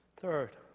Third